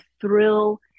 thrill